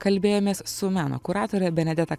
kalbėjomės su meno kuratore benedeta